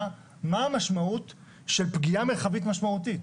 מה המשמעות של פגיעה מרחבית משמעותית.